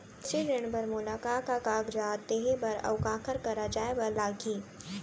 कृषि ऋण बर मोला का का कागजात देहे बर, अऊ काखर करा जाए बर लागही?